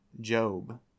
job